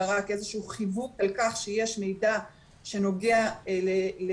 אלא רק איזשהו פרט על כך שיש מידע שנוגע למבקש,